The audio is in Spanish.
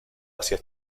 hacia